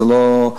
זה לא,